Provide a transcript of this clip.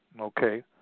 Okay